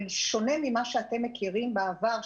בשונה ממה שאתם מכירים מהעבר,